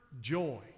joy